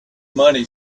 money